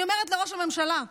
אני אומרת לראש הממשלה,